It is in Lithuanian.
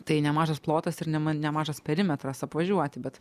tai nemažas plotas ir nema nemažas perimetras apvažiuoti bet